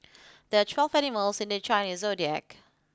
there are twelve animals in the Chinese zodiac